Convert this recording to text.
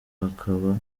hakaba